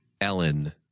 Ellen